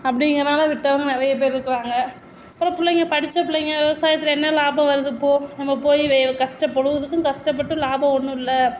அப்படிங்கிறனால விட்டவங்க நிறைய பேர்ருக்கிறாங்க அப்பறம் பிள்ளைங்க படித்த பிள்ளைங்க விவசாயத்தில் என்ன லாபம் வருது போ நம்ம போய் கஷ்ட பொழுதுக்கும் கஷ்டப்பட்டும் லாபம் ஒன்றும் இல்லை